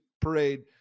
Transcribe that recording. parade